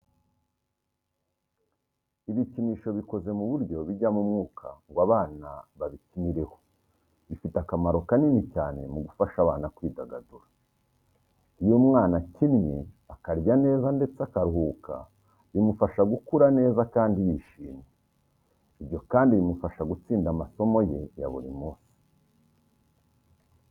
Ibikinisho bikoze ku buryo bijyamo umwuka ngo abana babikinireho, bifite akamaro kanini cyane mu gufasha abana kwidagadura. Iyo umwana akinnye, akarya neza ndetse akaruhuka bimufasha gukura neza kandi yishimye. Ibyo kandi bimufasha gutsinda amasomo ye ya buri munsi.